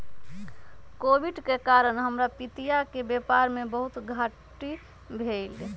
Covid के कारण हमर पितिया के व्यापार में बहुते घाट्टी भेलइ